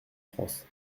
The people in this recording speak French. france